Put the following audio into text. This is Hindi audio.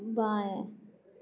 बाएं